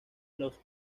los